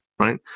Right